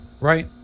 right